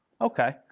okay